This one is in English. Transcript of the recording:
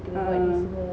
a'ah